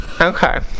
Okay